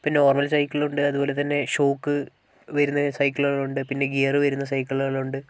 ഇപ്പം നോർമൽ സൈക്കിളുണ്ട് അതുപോലെ തന്നെ ഷോക്ക് വരുന്ന സൈക്കിളുകളുണ്ട് പിന്നെ ഗിയർ വരുന്ന സൈക്കിളുകളുണ്ട്